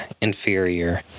Inferior